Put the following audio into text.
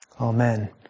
Amen